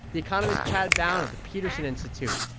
the economist chad bown at the peterson institute.